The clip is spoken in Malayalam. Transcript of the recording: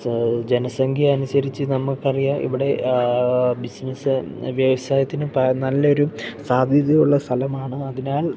ജനസംഖ്യ അനുസരിച്ച് നമുക്ക് അറിയാം ഇവിടെ ബിസിനസ്സ് വ്യവസായത്തിനും പാ നല്ലൊരു സാധ്യതയുള്ള സ്ഥലമാണ് അതിനാൽ